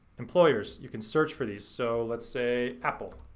employers. you can search for these. so let's say apple.